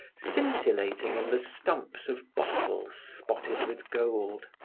scintillating in the stumps of bottles spotted with gold.